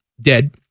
dead